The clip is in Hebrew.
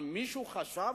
מישהו חשב,